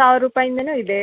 ಸಾವ್ರ ರೂಪಾಯಿಂದಲು ಇದೆ